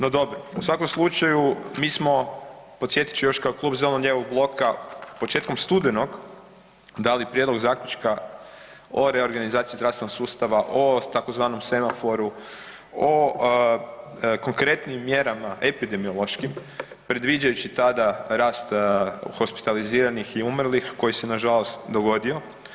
No dobro, u svakom slučaju mi smo podsjetit ću još kao Klub zeleno-lijevog bloka početkom studenog dali prijedlog zaključka o reorganizaciji zdravstvenog sustava o tzv. semaforu, o konkretnijim mjerama epidemiološkim, predviđajući tada rast hospitaliziranih i umrlih koji se nažalost dogodio.